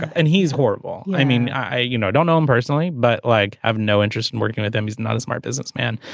and he's horrible. i mean i you know i don't know him personally but like i've no interest in working with them he's not a smart business man.